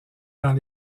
dans